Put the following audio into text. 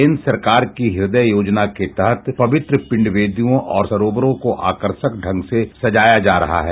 कंद्र सरकार की ड्डदय योजना के तहत पवित्र पिंड वेदियों और सरोवरों को आकर्षक ढंग से सजाया जा रहा है